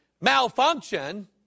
malfunction